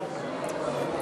(קוראת בשמות חברי הכנסת)